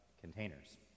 containers